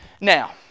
Now